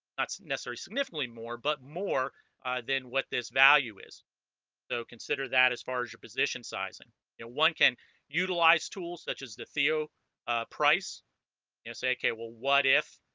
that's necessary significantly more but more than what this value is so consider that as far as your position sizing you know one can utilize tools such as the theo price you know say okay well what if